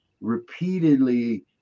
repeatedly